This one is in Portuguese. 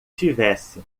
tivesse